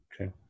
Okay